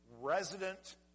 resident